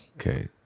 Okay